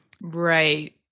Right